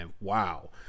Wow